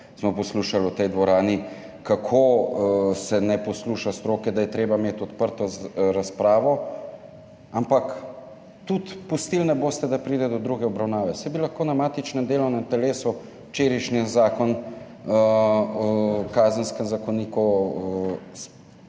smo poslušali v tej dvorani, kako se ne posluša stroke, da je treba imeti odprto razpravo, ampak tudi pustili ne boste, da pride do druge obravnave. Saj bi lahko na matičnem delovnem telesu včerajšnji predlog spremembe Kazenskega zakonika